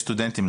יש סטודנטים,